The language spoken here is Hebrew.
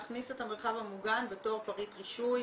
להכניס את המרחב המוגן בתור פריט רישוי.